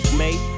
mate